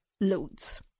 loads